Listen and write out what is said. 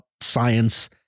science